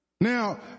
Now